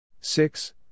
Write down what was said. six